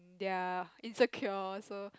they are insecure so